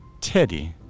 Teddy